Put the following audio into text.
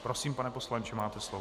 Prosím, pane poslanče, máte slovo.